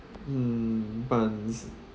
mm buns